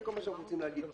זה כל מה שאנחנו רוצים להגיד.